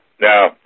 No